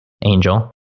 Angel